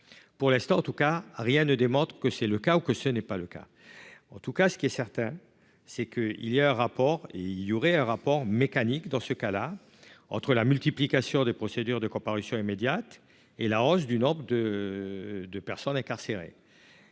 Pour l'instant, rien ne démontre si c'est le cas ou non. En revanche, ce qui est certain, c'est qu'il y aurait un rapport mécanique entre la multiplication des procédures de comparution immédiate et la hausse du nombre de personnes incarcérées.